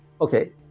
okay